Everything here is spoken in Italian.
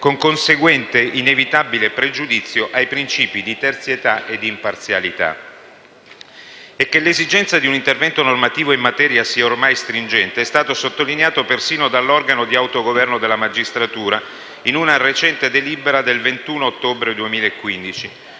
con conseguente inevitabile pregiudizio ai principi di terzietà ed imparzialità. E che l'esigenza di un intervento normativo in materia sia ormai stringente è stato sottolineato persino dall'organo di autogoverno della magistratura in una recente delibera del 21 ottobre 2015,